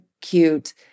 cute